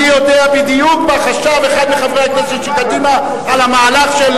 אני יודע בדיוק מה חשב אחד מחברי הכנסת של קדימה על המהלך של